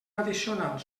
addicional